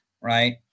right